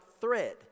thread